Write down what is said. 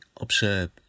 observe